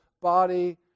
body